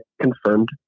confirmed